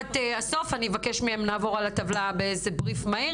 לקראת הסוף אני אבקש מהם לעבור על הטבלה בבריף מהיר,